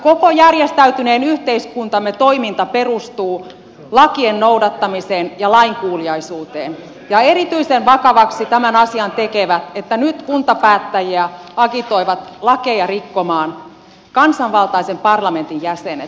koko järjestäytyneen yhteiskuntamme toiminta perustuu lakien noudattamiseen ja lainkuuliaisuuteen ja erityisen vakavaksi tämän asian tekee että nyt kuntapäättäjiä agitoivat lakeja rikkomaan kansanvaltaisen parlamentin jäsenet